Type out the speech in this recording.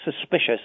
suspicious